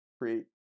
create